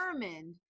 determined